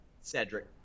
Cedric